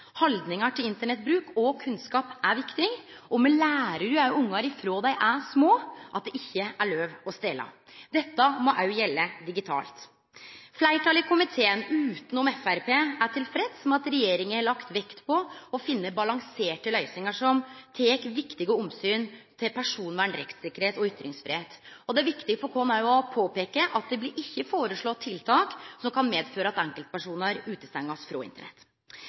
Haldningar til Internett-bruk og kunnskap er viktig. Me lærer ungane frå dei er små at det ikkje er lov å stele. Dette må òg gjelde digitalt. Fleirtalet i komiteen, utanom Framstegspartiet, er tilfreds med at regjeringa har lagt vekt på å finne balanserte løysingar som tek viktige omsyn til personvern, rettssikkerheit og ytringsfridom. Det er òg viktig for oss å påpeike at det blir ikkje foreslått tiltak som kan medføre at enkeltpersonar blir utestengde frå Internett.